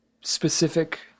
specific